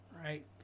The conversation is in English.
right